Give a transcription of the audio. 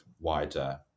wider